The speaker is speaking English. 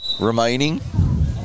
remaining